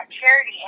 charity